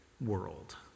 world